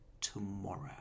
tomorrow